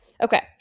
okay